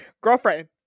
Girlfriend